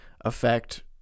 affect